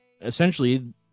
essentially